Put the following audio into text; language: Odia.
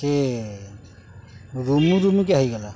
କିଏ ରୁମୁ ରୁମୁକା ହେଇଗଲା